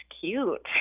cute